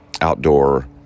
outdoor